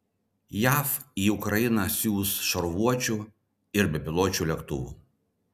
jav į ukrainą siųs šarvuočių ir bepiločių lėktuvų